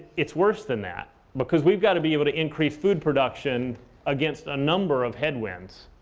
it's worse than that because we've got to be able to increase food production against a number of headwinds.